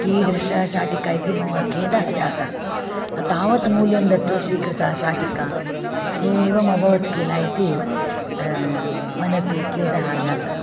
कीदृशशाटिका इति मम खेदः जातः तावत् मूल्यं दत्वा स्वीकृता शाटिका एवमभवत् किल इति मनसि खेदः जातः